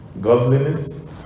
godliness